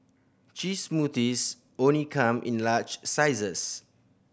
cheese smoothies only come in large sizes